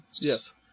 Yes